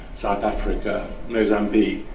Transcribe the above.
south africa, mozambique,